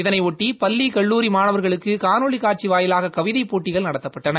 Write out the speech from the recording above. இதனையொட்டி பள்ளிக் கல்லூரி மாணாவர்களுக்கு காணொலி காட்சி வாயிலாக கவிதைப் போட்டிகள் நடத்தப்பட்டன